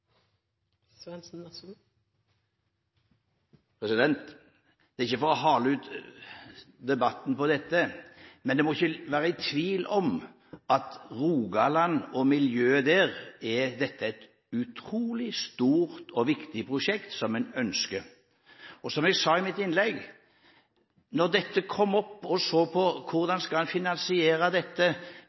Det er ikke for å hale ut debatten om dette, men det må ikke være tvil om at for Rogaland og miljøet der er dette et utrolig stort og viktig prosjekt, som en ønsker. Jeg sa i mitt innlegg at da dette kom opp, og en så på hvordan en skulle finansiere